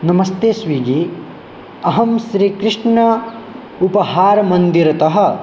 नमस्ते स्वीगि अहं श्रीकृष्ण उपाहारमन्दिरतः